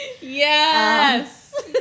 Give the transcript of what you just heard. Yes